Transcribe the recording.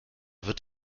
wird